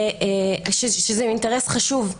שזה אינטרס חשוב.